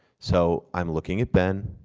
so i'm looking at ben,